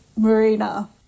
Marina